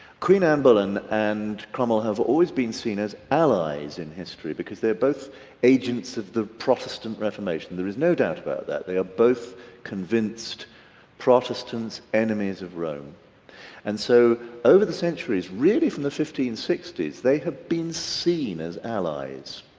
queen anne boleyn and cromwell have always been seen as allies in history because they're both agents of the protestant reformation. there is no doubt about that. they are both convinced protestants enemies of rome and so over the centuries really from the fifteen sixty s they have been seen as allies.